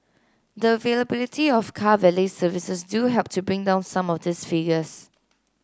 the availability of car valet services do help to bring down some of these figures